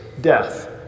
death